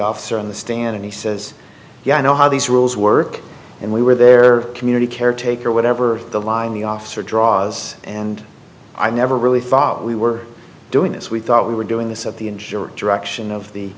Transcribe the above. officer on the stand and he says yeah i know how these rules work and we were their community caretaker whatever the line the officer draws and i never really thought we were doing this we thought we were doing this at the insurer direction of the